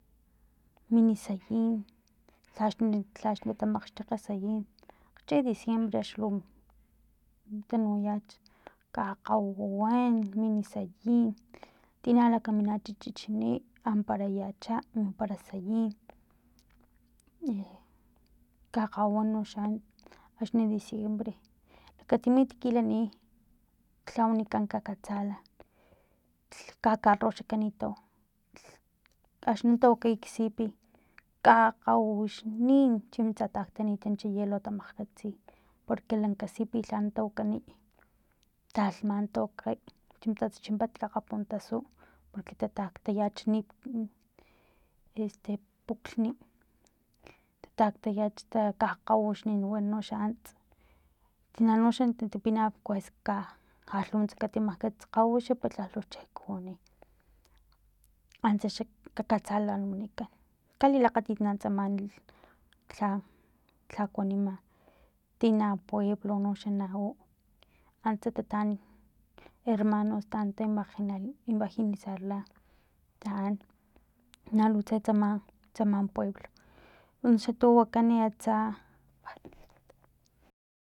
Min sayin lhax lhaxlitamkgxtakg sayin akgche diciembre tu tanuyach kakgawiwiwan min sayin tini lakaminacha chichini amparayacha mimpara sayin kakgawiw noxa axni diciembre lakatim ekiti kilani lha wanikan kakatsalan kakarro xa kanitaw axni tawakay nak sipi kakawiwixnin chipa tsa taktanichi hielo tamkgkatsi porque lanka sipi lha natawakaniy talhman tawakay chipa tsa chipat akgapu tasiyu porque tataktayach nip este puklhni taktayach ka kgawiwixnin wan no xa ants tina noxa na titipinap jal lunuts katimakgkats kakgawiw pelu chejkuwani antsa xa nak kakatsalan wnikan kalilakgatit na tsamalhi lha lha kuanima tina pueblo noxa na u antsa tataan hermanos taan ta evengelizarla taan nalutse tsama tsama pueblo uno xa tu wakan atsa.